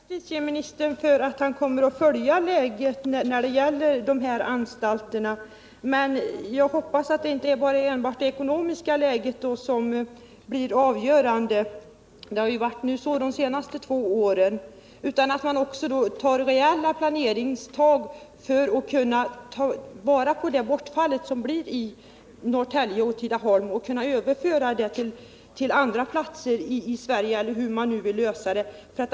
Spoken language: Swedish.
Herr talman! Jag tackar justitieministern för att han kommer att följa situationen när det gäller dessa anstalter. Jag hoppas att det ekonomiska läget inte blir avgörande, vilket har varit fallet under de senaste två åren. Man måste göra reella planeringsinsatser för att överföra interner från anstalterna i Tidaholm och Norrtälje till andra anstalter i Sverige, eller hur man nu vill lösa problemen.